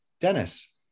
dennis